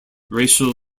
racial